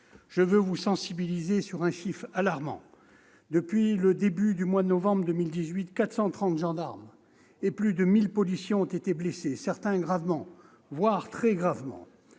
privés ou publics. Les chiffres sont alarmants : depuis le début du mois de novembre 2018, 430 gendarmes et plus de 1 000 policiers ont été blessés, certains gravement, voire très gravement.